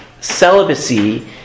celibacy